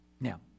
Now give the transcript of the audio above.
Now